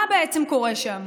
מה קורה שם?